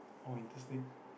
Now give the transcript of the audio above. oh interesting